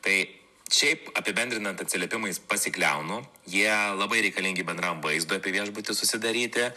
tai šiaip apibendrinant atsiliepimais pasikliaunu jie labai reikalingi bendram vaizdui apie viešbutį susidaryti